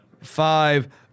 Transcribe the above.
Five